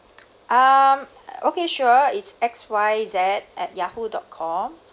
um okay sure it's X Y Z at Yahoo dot com